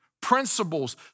principles